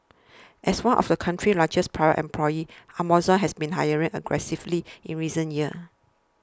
as one of the country's largest private employers Amazon has been hiring aggressively in recent years